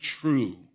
true